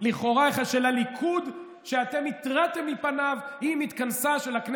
עוד מעט תסיימו עם יוקר המחיה ותתחילו כבר,